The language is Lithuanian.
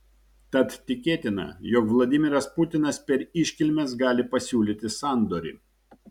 tad tikėtina jog vladimiras putinas per iškilmes gali pasiūlyti sandorį